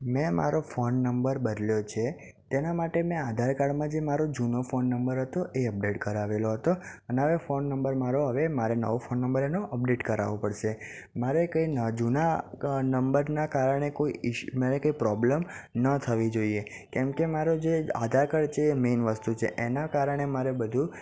મેં મારો phone number બદલ્યો છે તેના માટે મેં આધાર કાર્ડમાં જે મારો જૂનો ફોન નંબર હતો એ અપડેટ કરાવેલો હતો અને હવે ફોન નંબર મારો હવે મારે નવો ફોન નંબર એનો અપડેટ કરાવવો પડશે મારે કંઇ ન જૂના ક નંબરના કારણે કોઈ ઈશ મને કોઈ પ્રોબ્લ્મ ન થવી જોઈએ કેમ કે મારે જે આધાર કાર્ડ છે એ મેઈન વસ્તુ છે એના કારણે મારે બધું